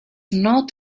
not